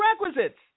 prerequisites